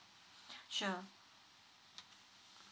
sure